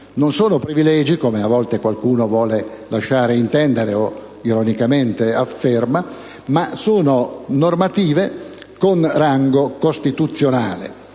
non sono privilegi, come a volte qualcuno vuole lasciare intendere o ironicamente afferma, ma rispondono a normative con rango costituzionale: